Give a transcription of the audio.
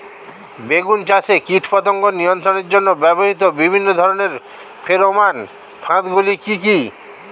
বেগুন চাষে কীটপতঙ্গ নিয়ন্ত্রণের জন্য ব্যবহৃত বিভিন্ন ধরনের ফেরোমান ফাঁদ গুলি কি কি?